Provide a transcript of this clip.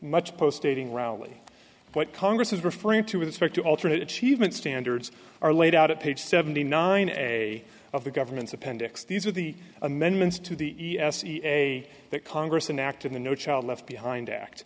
much post dating rally what congress is referring to expect to alternate achievement standards are laid out at page seventy nine a of the government's appendix these are the amendments to the e s e a that congress enact in the no child left behind act